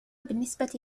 بالنسبة